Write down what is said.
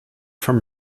from